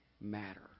matter